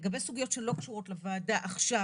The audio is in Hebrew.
לגבי סוגיות שלא קשורות לוועדה עכשיו,